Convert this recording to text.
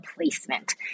placement